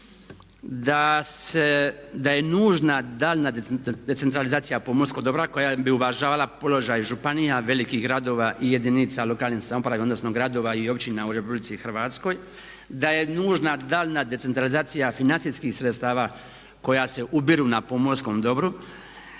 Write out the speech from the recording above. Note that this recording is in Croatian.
da je nužna daljnja decentralizacija pomorskog dobra koja bi uvažavala položaj županija, velikih gradova i jedinica lokalne samouprave odnosno gradova i općina u Republici Hrvatskoj. Da je nužna daljnja decentralizacija financijskih sredstava koja se ubiru na pomorskom dobru.